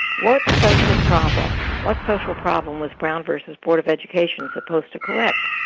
what social problem what social problem was brown versus board of education supposed to correct?